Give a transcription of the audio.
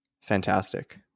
Fantastic